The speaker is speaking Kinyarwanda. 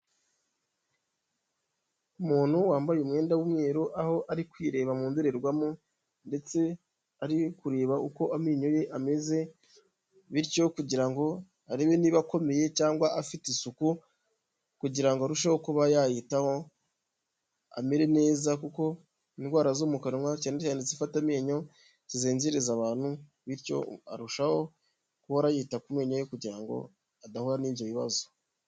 Umuntu wambaye umwenda w'umweru aho ari kwireba mu ndorerwamo ndetse ari kureba uko amenyo ye ameze bityo kugira ngo arebe niba akomeye cyangwa afite isuku kugirango arusheho kuba yayitaho amere neza kuko indwara zo mu kanwatsefata amenyo zizenziriza abantu bityo arushaho guhora yita ku menyo ye kugira ngo adahura n'icyo bibazo